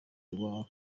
rwa